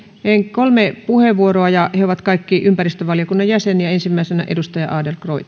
kolme puheenvuoroa ja he ovat kaikki ympäristövaliokunnan jäseniä ensimmäisenä edustaja adlercreutz